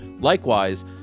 Likewise